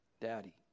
Daddy